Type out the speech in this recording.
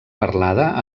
parlada